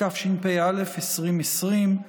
התשפ"א 2020,